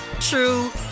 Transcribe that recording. true